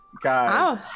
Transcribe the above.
guys